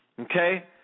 Okay